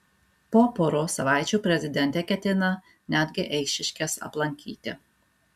po poros savaičių prezidentė ketina netgi eišiškes aplankyti